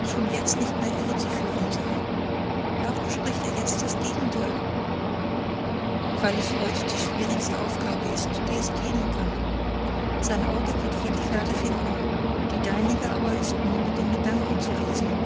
schon jetzt nicht mehr irre zu führen sei warum spricht er jetzt das gegenteil weil es heut die schwierigste aufgabe ist die es geben kann sein auge wird jede fährte finden die deinige ist aber nur mit den gedanken zu lesen